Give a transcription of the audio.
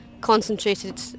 concentrated